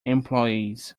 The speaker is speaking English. employees